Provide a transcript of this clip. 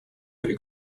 при